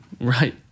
Right